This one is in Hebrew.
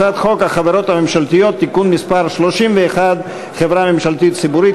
הצעת חוק החברות הממשלתיות (תיקון מס' 31) (חברה ממשלתית ציבורית),